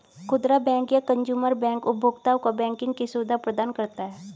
खुदरा बैंक या consumer bank उपभोक्ताओं को बैंकिंग की सुविधा प्रदान करता है